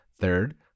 Third